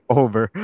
over